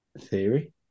Theory